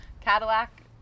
Cadillac